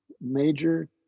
major